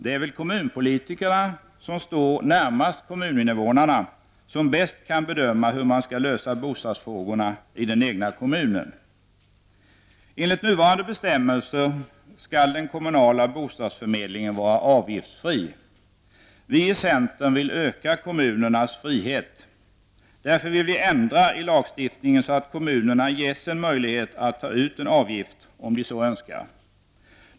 Det är kommunpolitikerna som står närmast kommuninvånarna och som bäst kan bedöma hur man skall lösa bostadsfrågorna i den egna kommunen. Vi i centern vill öka kommunernas frihet. Därför vill vi ändra lagstiftningen så, att kommunerna ges en möjlighet att ta ut en avgift, om de så önskar.